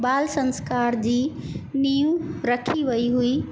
बाल संस्कार जी नीव रखी वई हुई